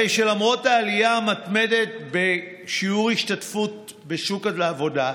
הרי שלמרות העלייה המתמדת בשיעור השתתפותן בשוק העבודה,